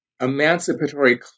emancipatory